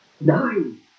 Nine